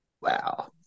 Wow